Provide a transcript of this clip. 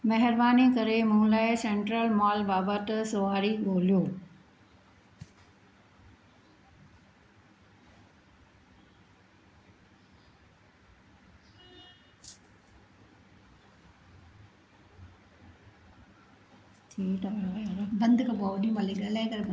महिरबानी करे मूं लाइ सेंट्रल मॉल बाबति सुवारी ॻोल्हियो